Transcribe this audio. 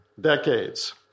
decades